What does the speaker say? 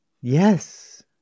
Yes